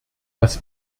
dass